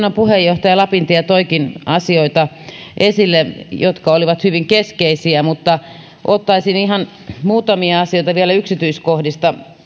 tässä valiokunnan puheenjohtaja lapintie toikin esille asioita jotka olivat hyvin keskeisiä mutta ottaisin vielä ihan muutamia asioita ja yksityiskohtia